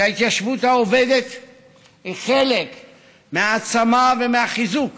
שההתיישבות העובדת היא חלק מההעצמה ומהחיזוק